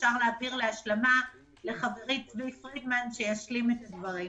אפשר להעביר להשלמה לחברי צבי פרידמן שישלים את דבריי.